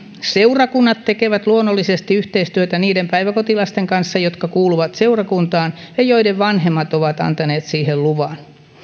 seurakunnat tekevät luonnollisesti yhteistyötä niiden päiväkotilasten kanssa jotka kuuluvat seurakuntaan ja joiden vanhemmat ovat antaneet siihen luvan